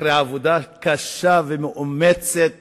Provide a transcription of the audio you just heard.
אחרי עבודה קשה ומאומצת